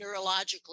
neurologically